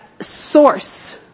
source